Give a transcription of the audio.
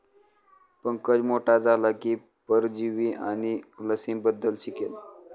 पंकज मोठा झाला की परजीवी आणि लसींबद्दल शिकेल